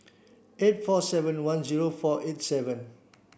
eight four seven one zero four eight seven